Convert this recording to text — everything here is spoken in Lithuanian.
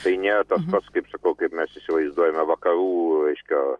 tai nėra tas pats kaip sakau kaip mes įsivaizduojame vakarų reiškia